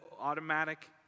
automatic